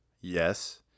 Yes